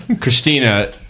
Christina